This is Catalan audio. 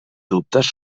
dubtes